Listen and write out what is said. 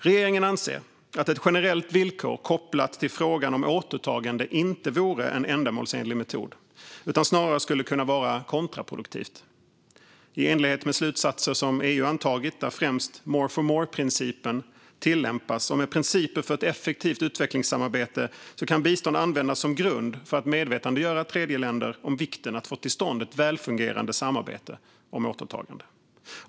Regeringen anser att ett generellt villkor kopplat till frågan om återtagande inte vore en ändamålsenlig metod utan snarare skulle kunna vara kontraproduktivt. I enlighet med slutsatser som EU antagit, där främst more for more-principen tillämpas, och med principer för ett effektivt utvecklingssamarbete kan bistånd användas som grund för att medvetandegöra tredjeländer om vikten av att få till stånd ett väl fungerande samarbete om återtagande.